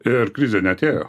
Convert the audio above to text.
ir krizė neatėjo